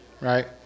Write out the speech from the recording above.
right